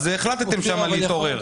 אז החלטתם שם להתעורר.